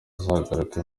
azagaruka